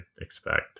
expect